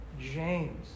James